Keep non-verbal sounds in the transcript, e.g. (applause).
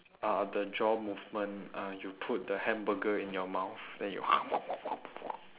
uh the jaw movement uh you put the hamburger in your mouth then you (noise)